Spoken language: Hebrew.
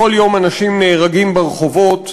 בכל יום אנשים נהרגים ברחובות.